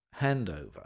handover